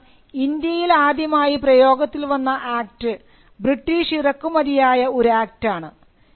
കാരണം ഇന്ത്യയിൽ ആദ്യമായി പ്രയോഗത്തിൽ വന്ന ആക്ട് ബ്രിട്ടീഷ് ഇറക്കുമതിയായ ഒരു ആക്ടാണ്